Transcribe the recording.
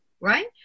right